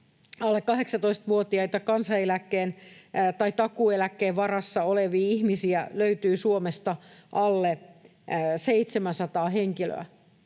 alle 18-vuotiaita kansaneläkkeen tai takuueläkkeen varassa olevia ihmisiä löytyy Suomesta alle 700 henkilöä.